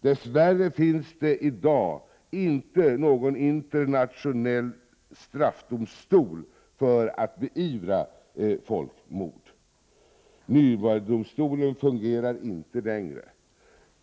Dess värre finns det i dag inte någon internationell straffdomstol för att beivra folkmord. Närnbergdomstolen fungerar inte längre.